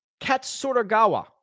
Katsuragawa